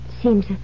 Seems